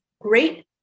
great